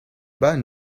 bas